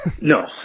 No